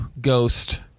ghost